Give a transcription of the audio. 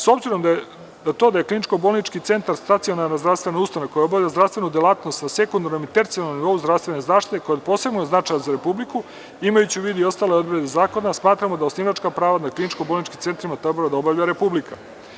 S obzirom na to da je Kliničko-bolnički centar stacionarna zdravstvena ustanova koja obavlja zdravstvenu delatnost na sekundarnom i tercijalnom nivou zdravstvene zaštite koja je od posebnog značaja za Republiku, imajući u vidu i ostale odredbe zakona, smatramo da osnivačka prava na kliničko-bolnički centrima treba da obavlja Republika.